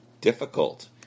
difficult